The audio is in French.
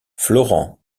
florent